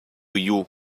you